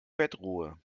bettruhe